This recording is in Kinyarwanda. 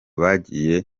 bagiye